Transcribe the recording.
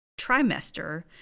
trimester